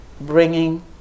bringing